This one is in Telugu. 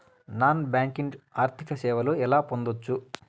నాన్ బ్యాంకింగ్ ఆర్థిక సేవలు ఎలా పొందొచ్చు?